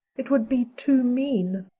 it would be too mean,